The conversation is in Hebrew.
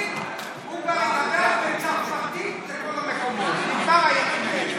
הוא ידבר בצרפתית בכל המקומות, זהו זה.